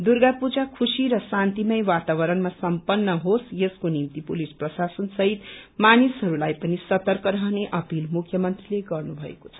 दुर्गा पूजा खुशी र शान्तिमय वातावरणमा सम्पन्न होस यसको निम्ति पुलिस प्रशासन सहित मानिसहरूलाई पनि सर्तक रहने अपील मुख्यमंत्रीले गर्नु भएको छ